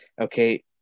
okay